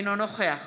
אינו נוכח